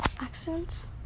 accents